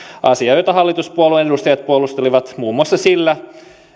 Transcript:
asian jota hallituspuolueiden edustajat puolustelivat muun muassa sillä